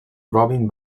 robin